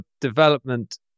development